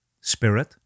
spirit